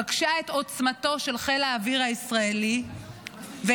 פגשה את עוצמתו של חיל האוויר הישראלי ואת